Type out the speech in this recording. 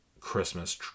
Christmas